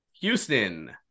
Houston